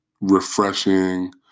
refreshing